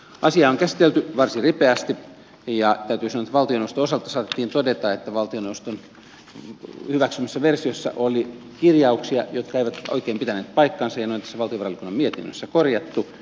asiaa on käsitelty varsin ripeästi ja täytyy sanoa että valtioneuvoston osalta saatettiin todeta että valtioneuvoston hyväksymässä versiossa oli kirjauksia jotka eivät oikein pitäneet paikkaansa ja ne on tässä valtiovarainvaliokunnan mietinnössä korjattu